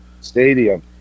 Stadium